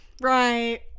Right